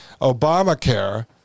Obamacare